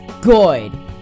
good